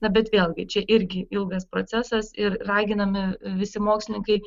na bet vėlgi čia irgi ilgas procesas ir raginami visi mokslininkai